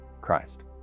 Christ